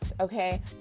okay